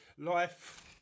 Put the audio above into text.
life